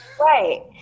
Right